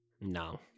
No